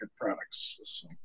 products